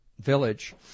Village